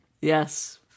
Yes